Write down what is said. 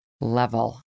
level